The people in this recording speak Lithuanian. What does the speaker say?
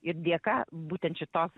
ir dėka būtent šitos